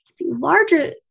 larger